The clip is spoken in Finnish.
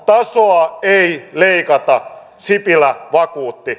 tasoa ei leikata sipilä vakuutti